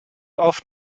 auf